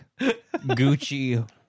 gucci